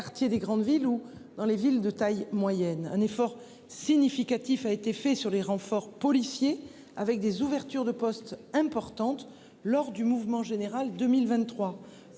des grandes villes ou dans les villes de taille moyenne, un effort significatif a été fait sur les renforts policiers avec des ouvertures de postes importante lors du mouvement général 2023